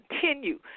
continue